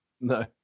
No